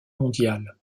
mondial